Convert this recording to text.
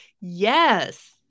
yes